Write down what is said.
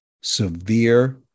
severe